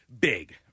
Big